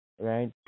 right